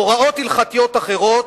הוראות הלכתיות אחרות,